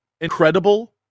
incredible